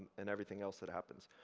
and everything else that happens.